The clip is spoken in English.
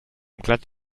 glad